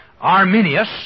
Arminius